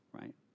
right